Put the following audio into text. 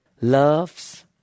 loves